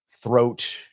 throat